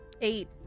eight